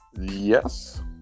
Yes